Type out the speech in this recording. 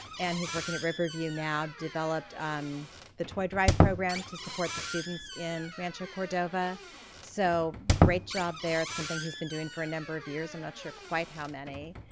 and he's working at riverview now, developed um the toy drive program to support the students in rancho cordova so great job there it's something he's been doing for a number of years, i'm not sure quite how many.